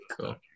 cool